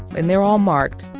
and they're all marked.